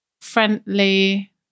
friendly